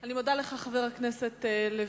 אני מודה לך, חבר הכנסת לוין.